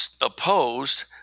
opposed